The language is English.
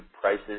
prices